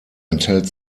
enthält